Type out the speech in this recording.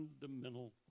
fundamental